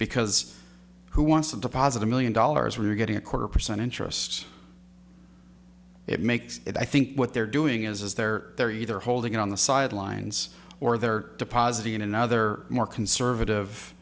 because who wants to deposit a million dollars or you're getting a quarter percent interest it makes it i think what they're doing is they're they're either holding it on the sidelines or they're depositing in another more conservative